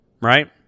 right